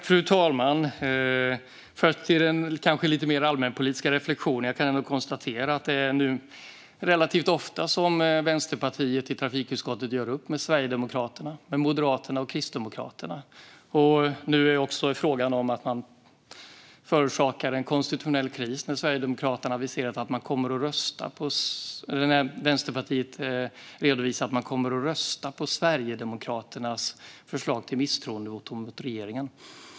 Fru talman! Låt mig först göra en lite mer allmänpolitisk reflektion. Jag kan ändå konstatera att det nu är relativt ofta som Vänsterpartiet i trafikutskottet gör upp med Sverigedemokraterna, Moderaterna och Kristdemokraterna. Nu är det fråga om att förorsaka en konstitutionell kris när Vänsterpartiet har redovisat att man kommer att rösta på Sverigedemokraternas förslag till misstroendevotum mot regeringen.